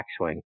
backswing